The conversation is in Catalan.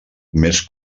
més